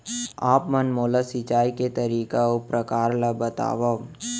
आप मन मोला सिंचाई के तरीका अऊ प्रकार ल बतावव?